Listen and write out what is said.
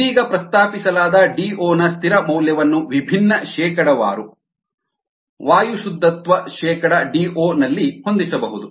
ಇದೀಗ ಪ್ರಸ್ತಾಪಿಸಲಾದ ಡಿಒ ನ ಸ್ಥಿರ ಮೌಲ್ಯವನ್ನು ವಿಭಿನ್ನ ಶೇಕಡಾವಾರು ವಾಯು ಶುದ್ಧತ್ವ ಶೇಕಡ ಡಿಒ ನಲ್ಲಿ ಹೊಂದಿಸಬಹುದು